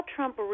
Trump